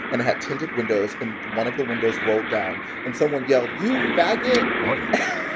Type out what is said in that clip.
and it had tinted windows. and one of the windows rolled down. and someone yelled, you faggot. oy, yeah